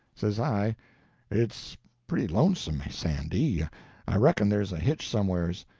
says i it's pretty lonesome, sandy i reckon there's a hitch somewheres.